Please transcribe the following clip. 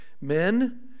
Men